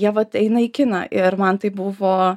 jie vat eina į kiną ir man tai buvo